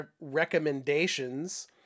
recommendations